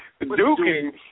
Duking